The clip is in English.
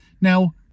Now